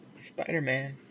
Spider-Man